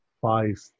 five